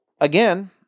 again